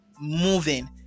moving